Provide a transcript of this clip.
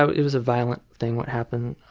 so it was a violent thing, what happened.